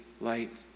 light